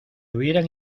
hubieran